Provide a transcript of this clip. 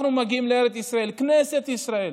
אנחנו מגיעים לארץ ישראל, וכנסת ישראל,